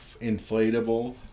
inflatable